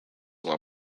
while